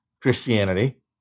Christianity